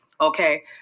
Okay